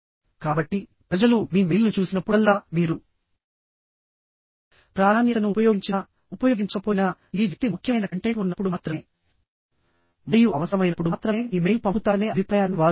కాబట్టి ప్రజలు మీ మెయిల్ను చూసినప్పుడల్లా మీరు ప్రాధాన్యతను ఉపయోగించినా ఉపయోగించకపోయినా ఈ వ్యక్తి ముఖ్యమైన కంటెంట్ ఉన్నప్పుడు మాత్రమే మరియు అవసరమైనప్పుడు మాత్రమే ఇమెయిల్ పంపుతాడనే అభిప్రాయాన్ని వారు పొందాలి